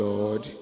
Lord